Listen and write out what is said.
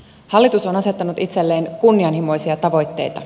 hallitus on asettanut itselleen kunnianhimoisia tavoitteita